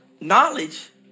knowledge